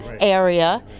area